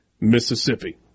Mississippi